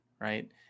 Right